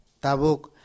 Tabuk